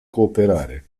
cooperare